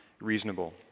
reasonable